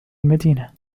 المدينة